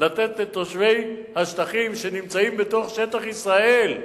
לתת לתושבי השטחים שנמצאים בתוך שטח ישראל,